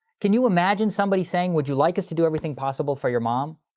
can you imagine somebody saying would you like us to do everything possible for your mom?